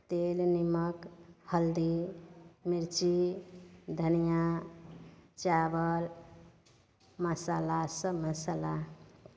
तेल निम्मक हल्दी मिरची धनियाँ चावल मसल्ला सब मसल्ला